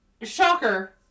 Shocker